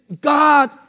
God